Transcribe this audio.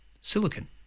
silicon